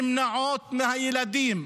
נמנעות מהילדים.